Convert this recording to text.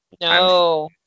No